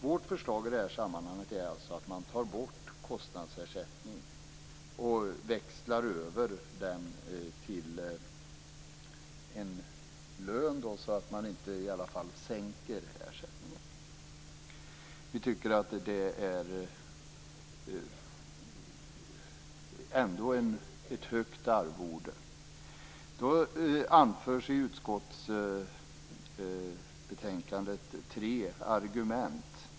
Vårt förslag i det här sammanhanget är alltså att man tar bort kostnadsersättningen och växlar över den till en lön, så att man i alla fall inte sänker ersättningen. Vi tycker att det ändå är ett högt arvode. I utskottsbetänkandet anförs tre argument.